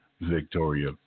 Victoria